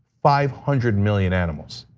five hundred million animals,